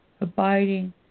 abiding